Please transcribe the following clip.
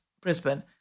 Brisbane